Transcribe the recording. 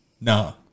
No